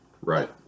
Right